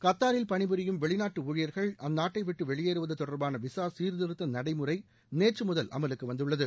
கத்தாரில் பணிபுரியும் வெளிநாட்டு ஊழியர்கள் அந்நாட்டைவிட்டு வெளியேறுவது தொடர்பான விசா சீர்திருத்த நடைமுறை நேற்று முதல் அமலுக்கு வந்துள்ளது